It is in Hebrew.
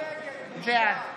בעד